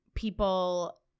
People